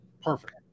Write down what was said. perfect